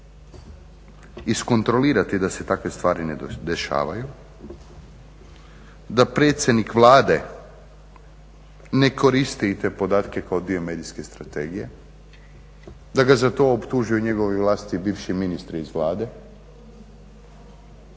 stanju iskontrolirati da se takve stvari ne dešavaju, da predsjednik Vlade ne koristi i te podatke kao dio medijske strategije, da ga za to optužuju njegovi vlastiti bivši ministri iz Vlade,